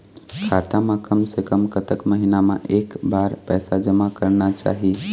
खाता मा कम से कम कतक महीना मा एक बार पैसा जमा करना चाही?